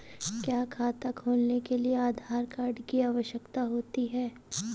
क्या खाता खोलने के लिए आधार कार्ड की आवश्यकता होती है?